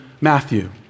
Matthew